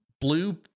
Blue